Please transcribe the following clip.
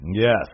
Yes